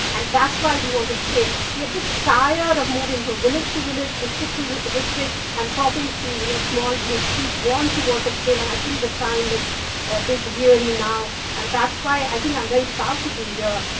and that's why we want to scale. we are just tired of moving from village to village, district to district, and talking to you know small groups. we want to work at scale. and i think the time is ah is really now. and that's why i think i'm very proud to be here,